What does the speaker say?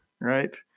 right